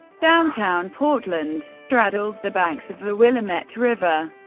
downtown portland straddles the banks of the willamette river,